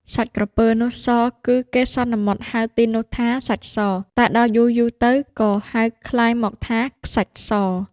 សាច់ក្រពើនោះស គឺគេសន្មតហៅទីនោះថា “សាច់ស” តែដល់យូរៗទៅ ក៏ហៅក្លាយមកថា “ខ្សាច់ស”។